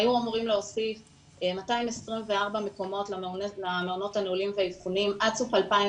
היו אמורים להוסיף 224 מקומות למעונות הנעולים והאבחוניים עד סוף 2017